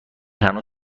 هنوز